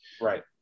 Right